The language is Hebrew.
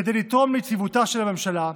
כדי לתרום ליציבותה של הממשלה,